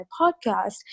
podcast